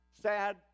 sad